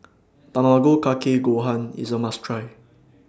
Tamago Kake Gohan IS A must Try